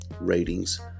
ratings